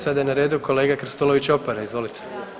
Sada je na redu kolega Krstulović Opara, izvolite.